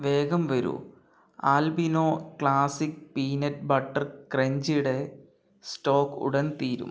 വേഗം വരൂ Alpino classic peanut butter ക്രഞ്ചിയുടെ സ്റ്റോക് ഉടൻ തീരും